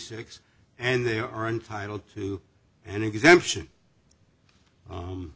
six and they are entitled to an exemption